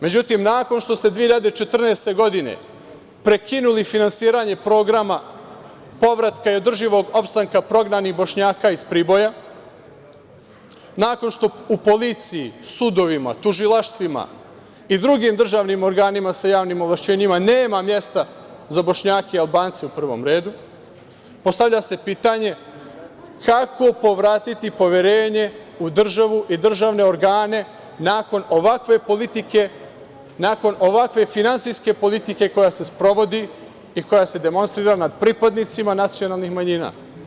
Međutim, nakon što ste 2014. godine prekinuli finansiranje programa povratka i održivog opstanka prognanih Bošnjaka iz Priboja, nakon što u policiji, sudovima, tužilaštvima i drugim državnim organima sa javnim ovlašćenjima nema mesta za Bošnjake i Albance u prvom redu, postavlja se pitanje kako povratiti poverenje u državu i državne organe nakon ovakve politike, nakon ovakve finansijske politike koja se sprovodi i koja se demonstrira nad pripadnicima nacionalnih manjina.